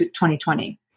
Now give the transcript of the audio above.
2020